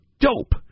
dope